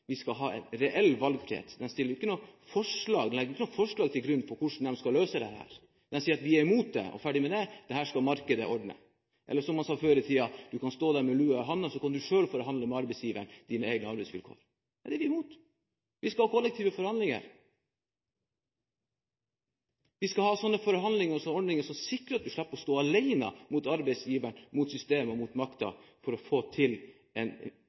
er imot det og ferdig med det, dette skal markedet ordne – eller, som man sa før i tiden: Du kan stå der med lua i handa, og så kan du selv forhandle med arbeidsgiveren om dine egne arbeidsvilkår. Det er vi imot. Vi skal ha kollektive forhandlinger. Vi skal ha forhandlinger og ordninger som sikrer at man slipper å stå alene mot arbeidsgiveren, mot systemet og mot makten for å få til et minimum av likestilling i dette landet. Jeg mener at her er det igjen et forslag som viser at den rød-grønne regjeringen sikrer at folk får en